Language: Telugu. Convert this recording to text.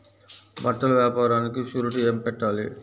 బట్టల వ్యాపారానికి షూరిటీ ఏమి పెట్టాలి?